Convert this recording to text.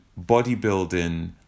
bodybuilding